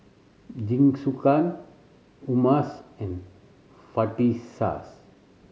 Jingisukan Hummus and